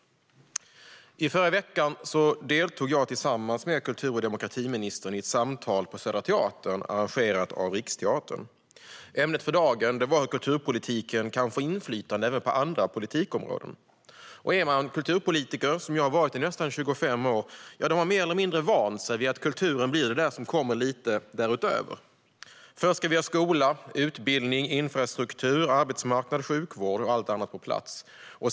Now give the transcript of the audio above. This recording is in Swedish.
I förra veckan deltog jag tillsammans med kultur och demokratiministern i ett samtal på Södra Teatern, arrangerat av Riksteatern. Ämnet för dagen var hur kulturpolitiken kan få inflytande även på andra politikområden. Är man kulturpolitiker, som jag har varit i nästan 25 år, har man mer eller mindre vant sig vid att kulturen blir det där som kommer lite därutöver. Först ska vi ha skola, utbildning, infrastruktur, arbetsmarknad, sjukvård och allt annat på plats.